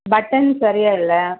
button சரியாக இல்லை